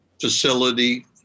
facility